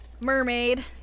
Mermaid